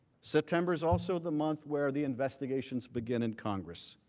september is also the month where the investigation beginning congress.